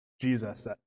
Jesus